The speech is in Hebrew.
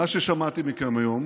מה ששמעתי מכם היום